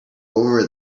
over